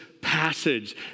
passage